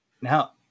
now